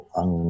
ang